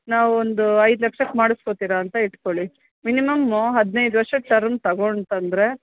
ನಾವು ಒಂದು ಐದು ಲಕ್ಷಕ್ಕೆ ಮಾಡಿಸ್ಕೊತೀರ ಅಂತ ಇಟ್ಕೊಳ್ಳಿ ಮಿನಿಮಮ್ಮು ಹದಿನೈದು ವರ್ಷಕ್ಕೆ ಟರ್ಮ್ ತೊಗೊಳ್ತಂದ್ರೆ